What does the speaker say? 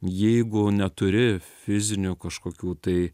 jeigu neturi fizinių kažkokių tai